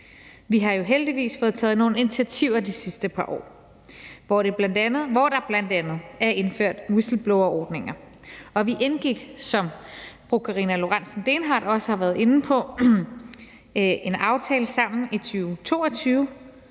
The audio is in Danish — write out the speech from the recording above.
Vi har jo heldigvis fået taget nogle initiativer i de sidste par år, hvor der bl.a. er indført whistle blower-ordninger, og vi indgik, som fru Karina Lorentzen Dehnhardt også har været inde på, en aftale sammen i 2022,